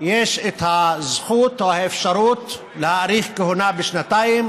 יש את הזכות או האפשרות להאריך כהונה בשנתיים.